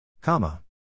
comma